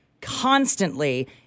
Constantly